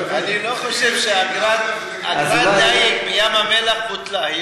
אני לא חושב שאגרת הדיג בים-המלח בוטלה.